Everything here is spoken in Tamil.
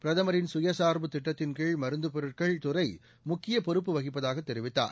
பிரதமரின் சுயசாா்பு திட்டத்தின் கீழ் மருந்துப் பொருட்கள் துறை முக்கியமான பொறுப்பு வகிப்பதாகத் தெரிவித்தார்